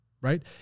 right